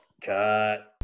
Cut